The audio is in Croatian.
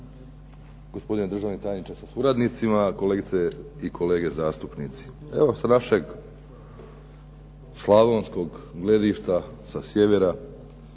gospodine državni tajniče sa suradnici, kolegice i kolege zastupnici. Evo sa našeg slavonskog gledišta, sa sjevera,